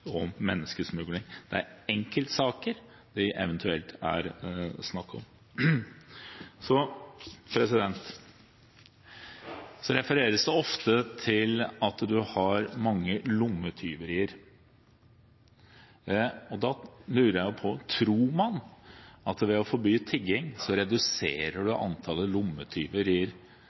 og menneskesmugling. Det er enkeltsaker det eventuelt er snakk om. Så refereres det ofte til at du har mange lommetyverier. Da lurer jeg på: Tror man at ved å forby tigging reduserer du antall lommetyverier i